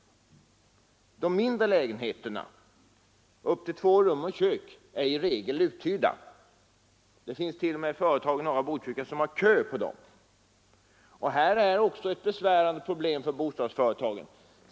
De mindre, dvs. lägenheter upp till två rum och kök, är i regel uthyrda. I norra Botkyrka finns det t.o.m. företag som har kö när det gäller sådana lägenheter. Detta är ett besvärande problem för bostadsföretagen.